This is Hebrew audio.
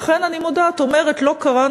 לכן אני מודה את אומרת: לא קראנו,